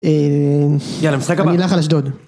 אממ... יאללה משחק הבא. אני אלך על השדוד.